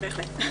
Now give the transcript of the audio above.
בהחלט.